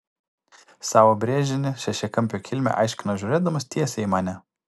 savo brėžinį šešiakampio kilmę aiškino žiūrėdamas tiesiai į mane